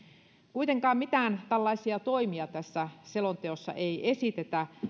kuitenkaan mitään tällaisia toimia tässä selonteossa ei esitetä